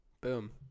boom